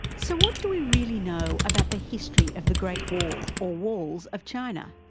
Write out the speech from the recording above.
so what do we really know about the history of the great wall or walls of china,